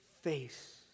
face